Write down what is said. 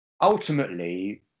ultimately